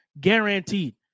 Guaranteed